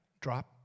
Drop